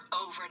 over